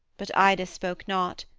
but ida spoke not,